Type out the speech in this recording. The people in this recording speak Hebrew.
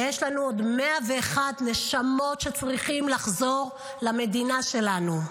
ויש לנו עוד 101 נשמות שצריכים לחזור למדינה שלנו.